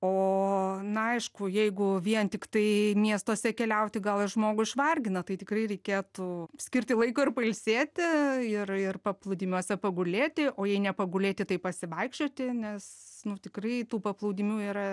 o na aišku jeigu vien tiktai miestuose keliauti gal ir žmogų išvargina tai tikrai reikėtų skirti laiko ir pailsėti ir ir paplūdimiuose pagulėti o jei ne pagulėti tai pasivaikščioti nes tikrai tų paplūdimių yra